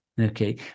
Okay